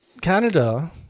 Canada